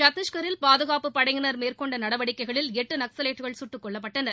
சத்திஷ்கில் பாதுகாப்புப் படையினா் மேற்கொண்ட நடவடிக்கைகளில் எட்டு நக்ஸவைட்டுகள் சுட்டுக் கொல்லப்பட்டனர்